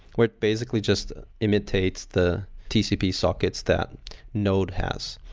where it basically just imitates the tcp sockets that node has.